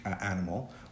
animal